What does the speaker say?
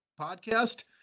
podcast